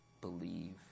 Believe